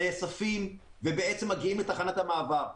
נאספים ומגיעים לתחנת המעבר.